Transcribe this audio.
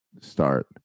start